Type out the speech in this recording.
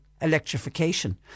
electrification